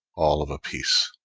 all of a piece.